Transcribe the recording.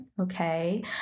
okay